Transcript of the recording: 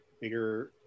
bigger